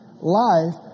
Life